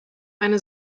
eine